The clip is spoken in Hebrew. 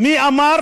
מי אמר